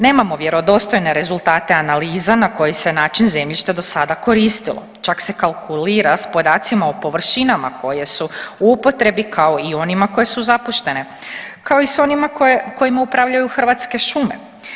Nemamo vjerodostojne rezultate analize na koji se način zemljište dosada koristilo, čak se kalkulira s podacima o površinama koje su upotrebi kao i onima koje su zapuštene kao i s onima koje, kojima upravljaju Hrvatske šume.